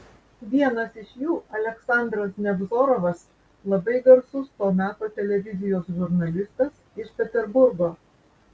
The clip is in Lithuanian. vienas iš jų aleksandras nevzorovas labai garsus to meto televizijos žurnalistas iš peterburgo